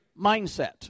mindset